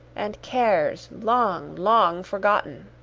and cares long, long, forgotten!